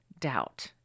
doubt